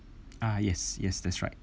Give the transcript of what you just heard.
ah yes yes that's right